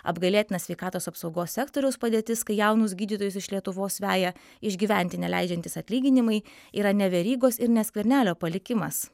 apgailėtina sveikatos apsaugos sektoriaus padėtis kai jaunus gydytojus iš lietuvos veja išgyventi neleidžiantys atlyginimai yra ne verygos ir ne skvernelio palikimas